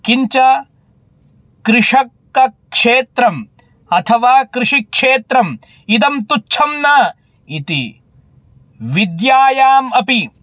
किं च कृषकक्षेत्रम् अथवा कृषिक्षेत्रम् इदं तुच्छं न इति विद्यायाम् अपि